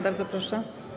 Bardzo proszę.